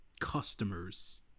Customers